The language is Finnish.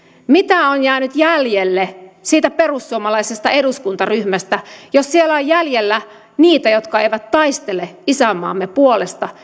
mitä on jäänyt jäljelle siitä perussuomalaisesta eduskuntaryhmästä jos siellä on jäljellä niitä jotka eivät taistele isänmaamme puolesta